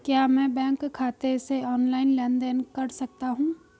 क्या मैं बैंक खाते से ऑनलाइन लेनदेन कर सकता हूं?